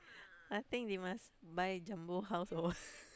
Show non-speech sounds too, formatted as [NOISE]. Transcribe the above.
I think they must buy jumbo house or what [LAUGHS]